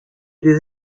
des